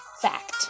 fact